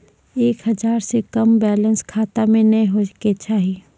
एक हजार से कम बैलेंस खाता मे नैय होय के चाही